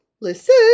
listen